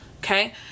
Okay